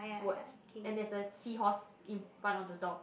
words and there is a seahorse in front of the door